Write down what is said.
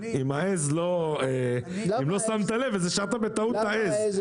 אם לא שמת לב אז השארת בטעות את העז,